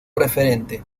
referente